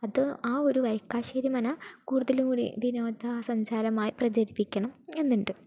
അത് ആ ഒരു വരിക്കാശ്ശേരി മന കൂടുതൽകൂടി വിനോദ സഞ്ചാരമായി പ്രചരിപ്പിക്കണം എന്ന് ഉണ്ട്